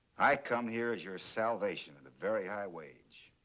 i come here as your salvation on a very high wage.